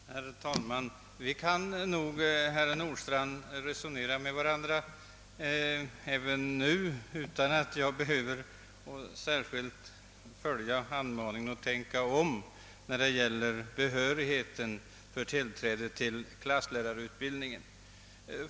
Herr talman! Vi kan nog, herr Nordstrandh, resonera med varandra även nu utan att jag behöver följa uppmaningen att tänka om när det gäller behörigheten för tillträde till klasslärarutbildningen.